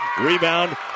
Rebound